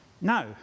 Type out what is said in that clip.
Now